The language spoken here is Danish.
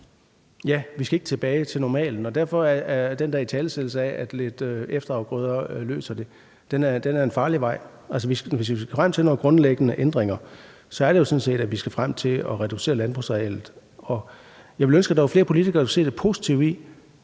Ja, vi skal ikke tilbage til normalen, og derfor er den der italesættelse af, at man med lidt efterafgrøder løser det, en farlig vej. Hvis vi skal frem til nogle grundlæggende ændringer, er det jo sådan set sådan, at vi skal frem til at reducere landbrugsarealet. Jeg ville ønske, at der var flere politikere, der kunne se det positive i,